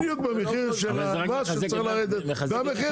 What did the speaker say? בדיוק במחיר של המס שצריך לרדת והמחיר לא ירד.